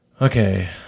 Okay